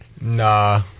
Nah